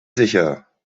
sicher